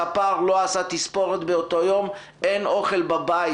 אם הספר לא עשה תספורת באותו יום אין אוכל בבית.